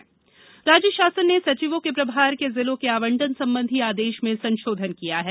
प्रभारी सचिव राज्य शासन ने सचिवों के प्रभार के जिलों के आवंटन संबंधी आदेश में संशोधन किया है